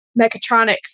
mechatronics